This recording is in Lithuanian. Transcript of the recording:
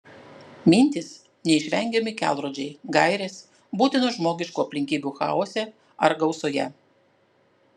mintys neišvengiami kelrodžiai gairės būtinos žmogiškų aplinkybių chaose ar gausoje